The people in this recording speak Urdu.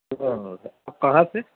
کہاں سے